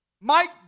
Mike